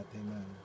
Amen